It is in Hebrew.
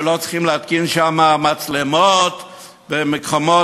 ולא צריכים להתקין שם מצלמות ומקומות